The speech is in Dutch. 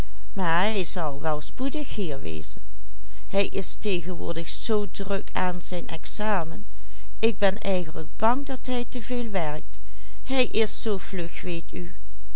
eigenlijk bang dat hij te veel werkt hij is zoo vlug weet u